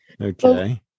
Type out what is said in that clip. Okay